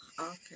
Okay